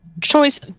choice